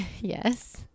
yes